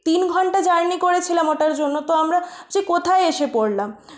তিন ঘন্টা জার্নি করেছিলাম ওটার জন্য তো আমরা সেই কোথায় এসে পড়লাম